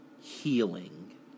healing